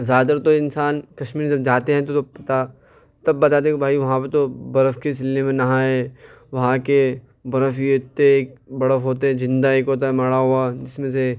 زیادہ تر تو انسان کشمیر جب جاتے ہیں تو پتا تب بتاتے ہیں کہ بھائی وہاں پہ تو برف کی سلی میں نہائے وہاں کے برف ہی اتنے برف ہوتے زندہ ایک ہوتا ہے مرا ہوا جس میں سے